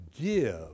give